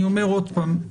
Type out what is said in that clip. אני אומר עוד פעם,